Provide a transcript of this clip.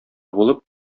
булып